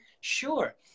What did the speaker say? sure